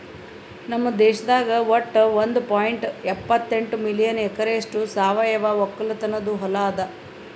ನಮ್ ದೇಶದಾಗ್ ವಟ್ಟ ಒಂದ್ ಪಾಯಿಂಟ್ ಎಪ್ಪತ್ತೆಂಟು ಮಿಲಿಯನ್ ಎಕರೆಯಷ್ಟು ಸಾವಯವ ಒಕ್ಕಲತನದು ಹೊಲಾ ಅದ